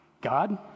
God